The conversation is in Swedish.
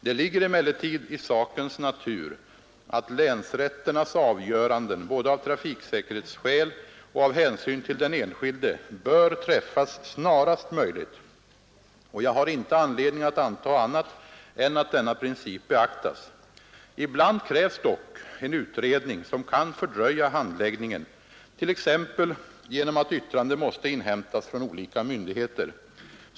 Det ligger emellertid i sakens natur att länsrätternas avgöranden både av trafiksäkerhetsskäl och av hänsyn till den enskilde bör träffas snarast möjligt, och jag har inte anledning anta annat än att denna princip beaktas. Ibland krävs dock en utredning som kan fördröja handläggningen, t.ex. genom att yttrande måste inhämtas från olika myndigheter.